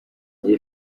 iyi